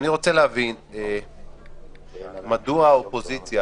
אני רוצה להבין מדוע האופוזיציה,